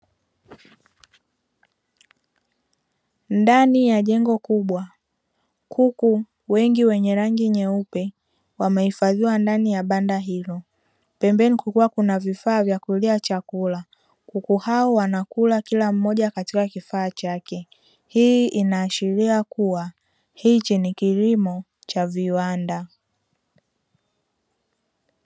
Ndani ya jengo kubwa, kuku wengi wenye rangi nyeupe wamehifadhiwa ndani ya banda hilo pembeni kukiwa kuna vifaa vya kulia chakula, kuku hao wanakula kila mmoja katika kifaa chake hii ina ashiria kuwa hichi ni kilimo cha viwanda.